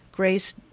Grace